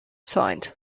sighed